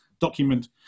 document